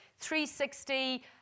360